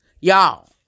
y'all